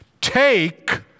Take